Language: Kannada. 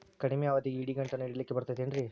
ಕಡಮಿ ಅವಧಿಗೆ ಇಡಿಗಂಟನ್ನು ಇಡಲಿಕ್ಕೆ ಬರತೈತೇನ್ರೇ?